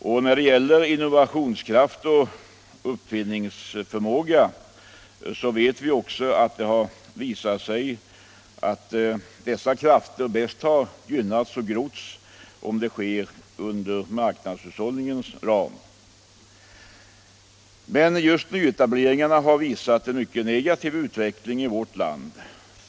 Det har också visat sig att innovationskraften och uppfinningsförmågan bäst har gynnats och grott inom marknadshushållningens ram. Men just nyetableringarna har visat en mycket negativ utveckling i vårt land.